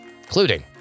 including